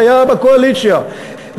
שהיה בקואליציה,